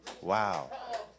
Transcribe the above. Wow